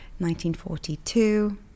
1942